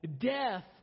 death